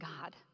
God